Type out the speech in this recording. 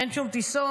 אין שום טיסות.